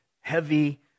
heavy